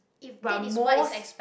but most